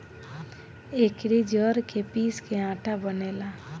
एकरी जड़ के पीस के आटा बनेला